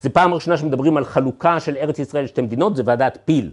זה פעם ראשונה שמדברים על חלוקה של ארץ ישראל לשתי מדינות, זה ועדת פיל.